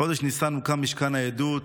בחודש ניסן הוקם משכן העדות.